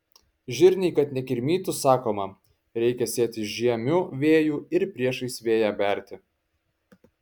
žirniai kad nekirmytų sakoma reikia sėti žiemiu vėju ir priešais vėją berti